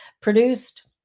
Produced